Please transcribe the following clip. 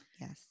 Yes